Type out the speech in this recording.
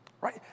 right